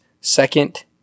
second